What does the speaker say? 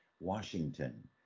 Washington